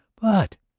but,